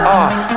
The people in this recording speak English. off